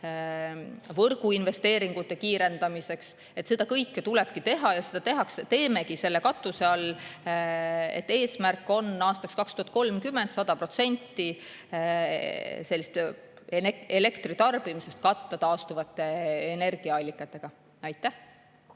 võrguinvesteeringute kiirendamiseks. Seda kõike tulebki teha ja seda me teemegi selle katuse all. Eesmärk on aastaks 2030 katta elektritarbimisest 100% taastuvate energiaallikatega. Alar